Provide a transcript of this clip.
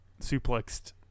suplexed